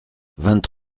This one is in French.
vingt